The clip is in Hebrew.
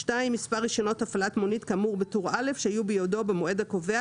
(2) מספר רישיונות הפעלת המונית כאמור בטור א' שהיו בידו במועד הקובע